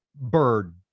bird